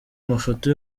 mafoto